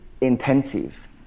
intensive